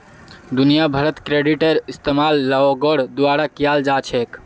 दुनिया भरत क्रेडिटेर इस्तेमाल लोगोर द्वारा कियाल जा छेक